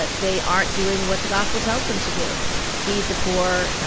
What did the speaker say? ah they aren't doing what the gospel tells them to do feed the poor,